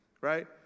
right